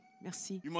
merci